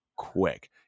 quick